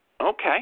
okay